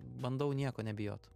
bandau nieko nebijot